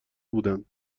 بودند